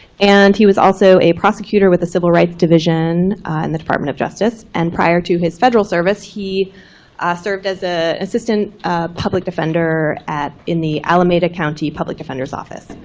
and he was also a prosecutor with the civil rights division in the department of justice, and prior to his federal service, he served as a assistant public defender in the county public defender's office.